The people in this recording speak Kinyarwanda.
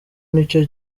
nicyo